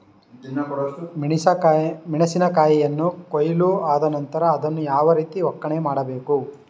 ಮೆಣಸಿನ ಕಾಯಿಯನ್ನು ಕೊಯ್ಲು ಆದ ನಂತರ ಅದನ್ನು ಯಾವ ರೀತಿ ಒಕ್ಕಣೆ ಮಾಡಬೇಕು?